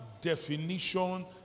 definition